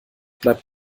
bleibt